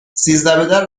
سیزدهبدر